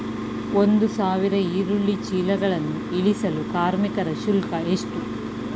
ಒಂದು ಸಾವಿರ ಈರುಳ್ಳಿ ಚೀಲಗಳನ್ನು ಇಳಿಸಲು ಕಾರ್ಮಿಕರ ಶುಲ್ಕ ಎಷ್ಟು?